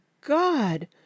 God